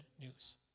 news